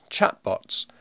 chatbots